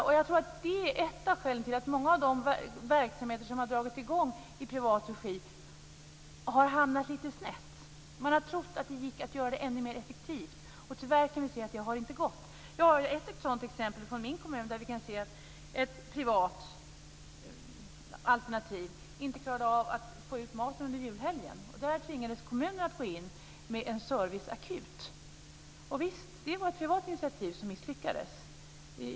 Jag tror att det är ett av skälen till att många av de verksamheter som har dragits i gång i privat regi har hamnat lite snett. Man har trott att det gått att göra verksamheten ännu mer effektiv och tyvärr kan vi se att det inte har gått. Jag har ett sådant exempel från min kommun, där ett privat alternativ inte klarade av att få ut maten under julhelgen. Där tvingades kommunen att gå in med service akut. Javisst, det var ett privat initiativ som misslyckades.